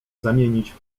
zamienić